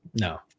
No